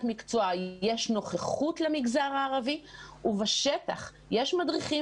מקצוע יש נוכחות למגזר הערבי ובשטח יש מדריכים